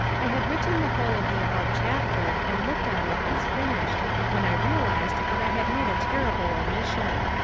i had written the whole of the above chapter and looked on it as finished when i realised that i had made a terrible omission.